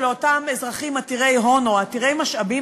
אותם אזרחים עתירי הון או עתירי משאבים,